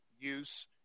use